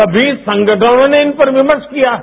सभी संगठनों ने इस पर विमर्श किया है